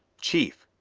chief,